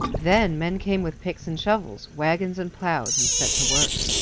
then men came with picks and shovels, wagons and plows, and set to work.